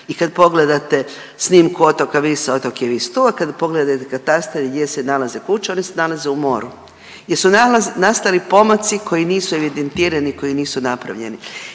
i kad pogledate snimku otoka Visa, otok je Vis tu, a kad pogledate katastar i gdje se nalaze kuće, one se nalaze u moru jer su nastali pomaci koji nisu evidentirani i koji nisu napravljeni